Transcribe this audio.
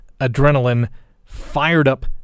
adrenaline-fired-up